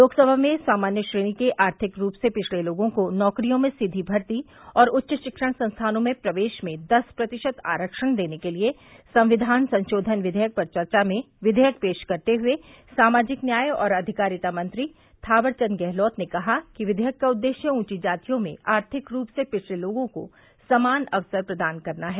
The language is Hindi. लोकसभा में सामान्य श्रेणी के आर्थिक रूप से पिछड़े लोगों को नौकरियों में सीधी भर्ती और उच्च शिक्षण संस्थानों में प्रवेश में दस प्रतिशत आरक्षण देने के लिए संविधान संशोधन विधेयक पर चर्चा में विधेयक पेश करते हुए सामाजिक न्याय और अधिकारिता मंत्री थाकरचंद गहलोत ने कहा कि विधेयक का उद्देश्य ऊंची जातियों में आर्थिक रूप से पिछड़े लोगों को समान अवसर प्रदान करना है